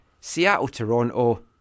Seattle-Toronto